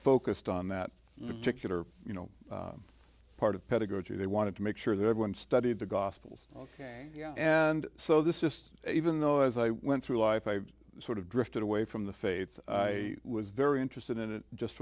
focused on that particular you know part of pedagogy they wanted to make sure that everyone studied the gospels ok and so this just even though as i went through life i sort of drifted away from the faith i was very interested in it just